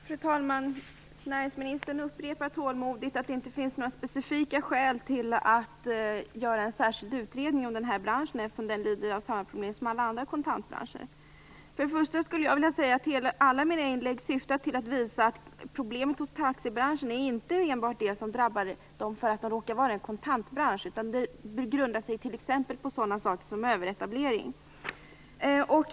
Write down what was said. Fru talman! Näringsministern upprepar tålmodigt att det inte finns några specifika skäl till att göra en särskild utredning om denna bransch, eftersom den lider av samma problem som alla andra kontantbranscher. Alla mina inlägg syftar till att visa att problemet hos taxibranschen inte är enbart det som drabbar den för att den råkar vara en kontantbransch, utan det grundar sig t.ex. på överetablering.